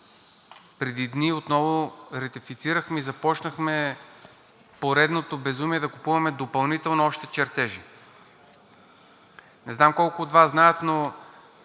преди дни ратифицирахме и започнахме поредното безумие да купуваме допълнително още чертежи. Не знам колко от Вас знаят, но